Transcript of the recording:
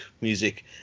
music